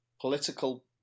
political